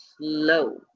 slow